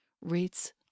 rates